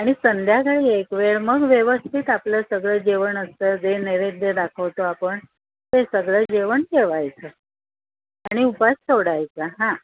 आणि संध्याकाळी एकवेळ मग व्यवस्थित आपलं सगळं जेवण असतं जे नैवेद्य दाखवतो आपण ते सगळं जेवण जेवायचं आणि उपास सोडायचं हां